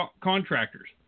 contractors